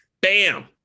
bam